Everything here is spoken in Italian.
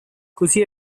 così